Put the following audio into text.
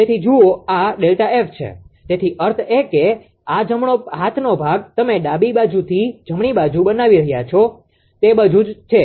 તેથી જુઓ આ ΔF છે તેનો અર્થ એ કે આ જમણો હાથનો ભાગ તમે ડાબી બાજુથી જમણી બાજુ બનાવી રહ્યા છો તે બધુ જ છે